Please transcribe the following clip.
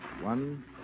One